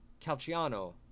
Calciano